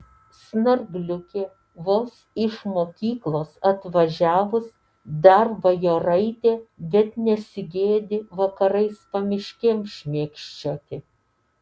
snargliukė vos iš mokyklos atvažiavus dar bajoraitė bet nesigėdi vakarais pamiškėm šmėkščioti